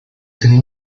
tenía